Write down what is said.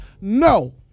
No